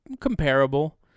comparable